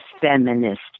feminist